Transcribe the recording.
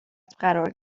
قرار